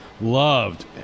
loved